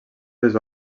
les